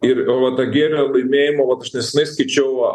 ir va ta gėrio laimėjimo vat aš nesenai skaičiau